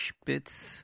spitz